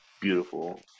beautiful